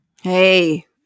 Hey